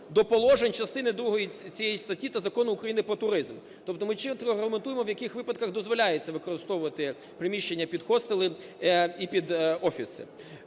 до положень частини другої цієї статті та Закону України "Про туризм". Тобто ми чітко регламентуємо, в яких випадках дозволяється використовувати приміщення під хостели і під офіси.